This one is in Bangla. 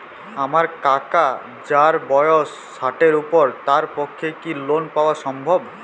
আমার কাকা যাঁর বয়স ষাটের উপর তাঁর পক্ষে কি লোন পাওয়া সম্ভব?